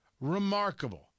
remarkable